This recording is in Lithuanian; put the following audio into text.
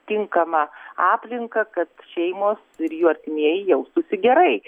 tinkamą aplinką kad šeimos ir jų artimieji jaustųsi gerai